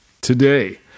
Today